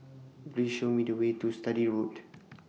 Please Show Me The Way to Sturdee Road